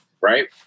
right